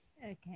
Okay